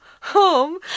home